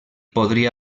podria